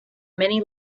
many